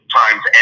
times